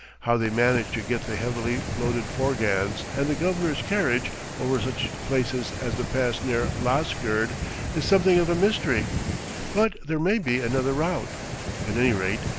how they manage to get the heavily loaded forgans and the governor's carriage over such places as the pass near lasgird is something of a mystery but there may be another route at any rate,